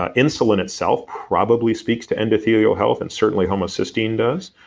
ah insulin itself probably speaks to endothelial health, and certainly homocystine does.